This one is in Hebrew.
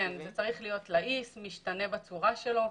כן, זה צריך להיות לעיס, משתנה בצורה שלו.